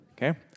Okay